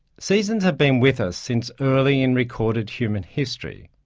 seasons have been with us since early in recorded human history.